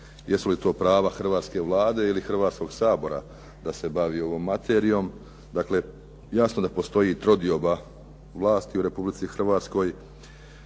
jesu li to prava hrvatske Vlade ili Hrvatskog sabora da se bavi ovom materijom. Dakle, jasno da postoji trodioba vlasti u Republici Hrvatskoj,